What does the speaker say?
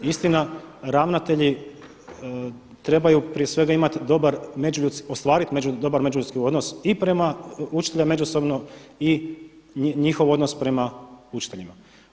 Istina ravnatelji trebaju prije svega ostvariti dobar međuljudski odnos i prema učiteljima međusobno i njihov odnos prema učiteljima.